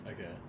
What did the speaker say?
okay